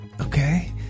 Okay